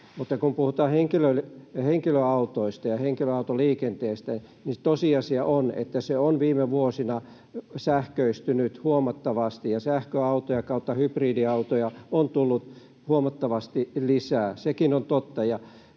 Mutta kun puhutaan henkilöautoista ja henkilöautoliikenteestä, niin tosiasia on, että se on viime vuosina sähköistynyt huomattavasti ja sähköautoja ja hybridiautoja on tullut huomattavasti lisää, sekin on totta.